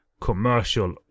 commercial